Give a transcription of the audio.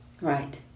Right